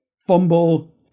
fumble